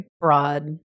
broad